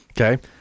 okay